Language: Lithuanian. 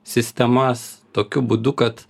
sistemas tokiu būdu kad